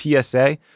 PSA